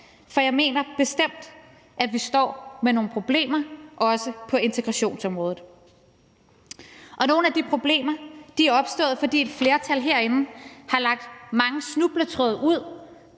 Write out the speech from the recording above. For jeg mener bestemt, at vi står med nogle problemer, også på integrationsområdet. Og nogle af de problemer er opstået, fordi et flertal herinde har lagt mange snubletråde ud